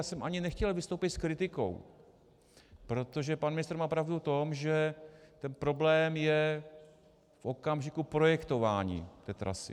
Já jsem ani nechtěl vystoupit s kritikou, protože pan ministr má pravdu v tom, že ten problém je v okamžiku projektování té trasy.